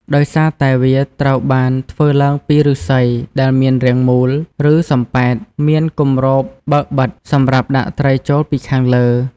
ដោយសារតែ វាត្រូវបានធ្វើឡើងពីឫស្សីដែលមានរាងមូល ឬសំប៉ែត មានគម្រប់បើកបិទ សម្រាប់ដាក់ត្រីចូលពីខាងលើ។